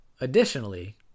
Additionally